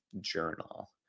Journal